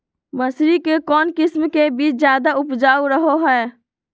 मसूरी के कौन किस्म के बीच ज्यादा उपजाऊ रहो हय?